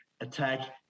attack